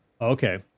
Okay